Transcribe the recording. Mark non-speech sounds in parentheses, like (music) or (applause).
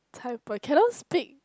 Cai (noise) cannot speak